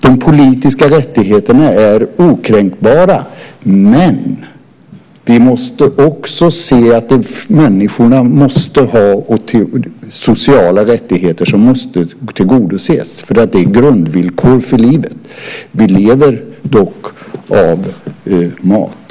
De politiska rättigheterna är okränkbara, men vi måste också se till att människors sociala rättigheter tillgodoses. Det är grundvillkor för livet. Vi lever dock av mat.